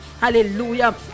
hallelujah